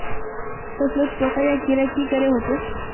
फसलोत पोका या कीड़ा की करे होचे?